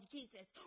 Jesus